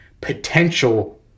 potential